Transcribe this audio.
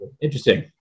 interesting